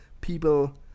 people